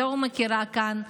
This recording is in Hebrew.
לא מכירה כאן,